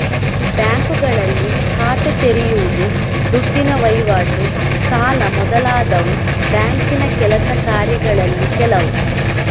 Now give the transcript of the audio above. ಬ್ಯಾಂಕುಗಳಲ್ಲಿ ಖಾತೆ ತೆರೆಯುದು, ದುಡ್ಡಿನ ವೈವಾಟು, ಸಾಲ ಮೊದಲಾದವು ಬ್ಯಾಂಕಿನ ಕೆಲಸ ಕಾರ್ಯಗಳಲ್ಲಿ ಕೆಲವು